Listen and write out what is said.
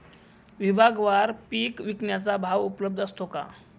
विभागवार पीक विकण्याचा भाव उपलब्ध असतो का?